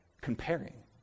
comparing